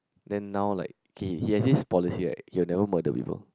then now like he he has his policy right he will never murder people